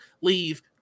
leave